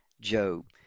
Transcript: Job